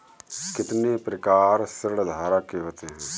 कितने प्रकार ऋणधारक के होते हैं?